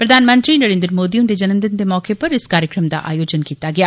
प्रधानमंत्री नरेन्द्र मोदी हुंदे जन्मदिन दे मौके उप्पर इस कार्यक्रम दा आयोजन कीता गेआ